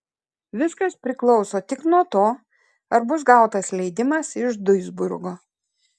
viskas priklauso tik nuo to ar bus gautas leidimas iš duisburgo